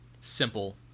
simple